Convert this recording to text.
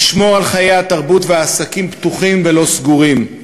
לשמור על חיי התרבות והעסקים פתוחים ולא סגורים,